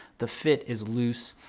the fit is loose.